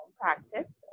practice